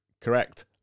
correct